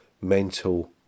mental